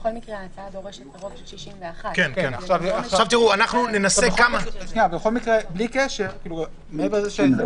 בכל מקרה ההצעה דורשת רוב של 61. מעבר לזה שזו